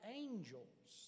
angels